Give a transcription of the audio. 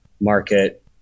market